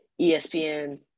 ESPN